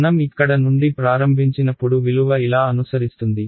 మనం ఇక్కడ నుండి ప్రారంభించినప్పుడు విలువ ఇలా అనుసరిస్తుంది